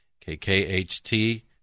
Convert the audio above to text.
KKHT